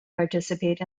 participate